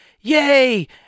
yay